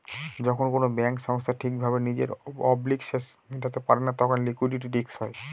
যখন কোনো ব্যাঙ্ক সংস্থা ঠিক ভাবে নিজের অব্লিগেশনস মেটাতে পারে না তখন লিকুইডিটি রিস্ক হয়